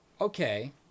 Okay